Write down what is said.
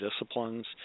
disciplines